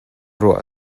ruah